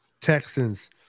Texans